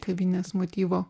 kavinės motyvo